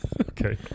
Okay